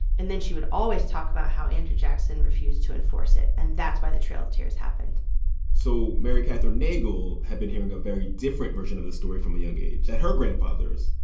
and then she would always talk about how andrew jackson refused to enforce it and that's why the trail of tears happened so mary kathryn nagle had been hearing a very different version of this story from a young age that her grandfathers,